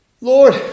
Lord